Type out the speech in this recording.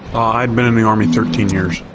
i have been in the army thirteen years,